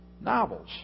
novels